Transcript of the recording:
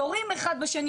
יורים אחד בשני,